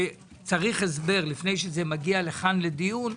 שצריך הסבר לפני שזה מגיע לכאן לדיון,